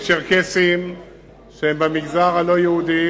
יש צ'רקסים שהם במגזר הלא-יהודי,